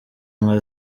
nka